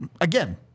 again